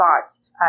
thoughts